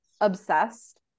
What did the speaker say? Obsessed